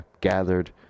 gathered